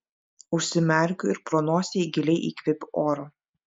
užsimerkiu ir pro nosį giliai įkvėpiu oro